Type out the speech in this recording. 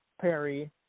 Perry